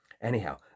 Anyhow